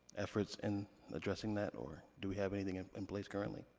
efforts in addressing that? or do we have anything in in place currently?